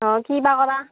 অঁ কি বা কৰা